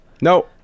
No